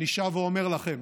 אני שב ואומר לכם: